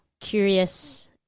curious